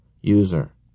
User